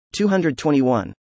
221